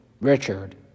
Richard